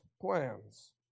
plans